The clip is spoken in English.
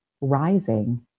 rising